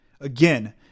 Again